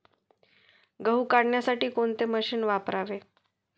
गहू काढण्यासाठी कोणते मशीन वापरावे?